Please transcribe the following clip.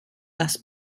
das